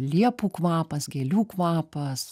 liepų kvapas gėlių kvapas